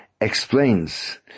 explains